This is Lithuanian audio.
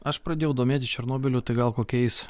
aš pradėjau domėtis černobyliu tai gal kokiais